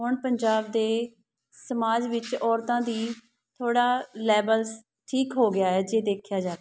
ਹੁਣ ਪੰਜਾਬ ਦੇ ਸਮਾਜ ਵਿੱਚ ਔਰਤਾਂ ਦੀ ਥੋੜ੍ਹਾ ਲੈਵਲ ਠੀਕ ਹੋ ਗਿਆ ਹੈ ਜੇ ਦੇਖਿਆ ਜਾਵੇ